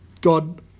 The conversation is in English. God